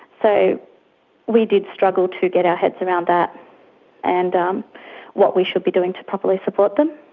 so we did struggle to get our heads around that and um what we should be doing to properly support them.